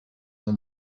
son